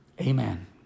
Amen